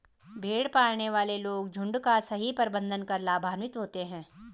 भेड़ पालने वाले लोग झुंड का सही प्रबंधन कर लाभान्वित होते हैं